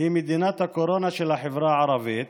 היא מדינת הקורונה של החברה הערבית,